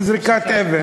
זריקת אבן.